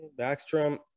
Backstrom